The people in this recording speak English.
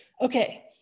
okay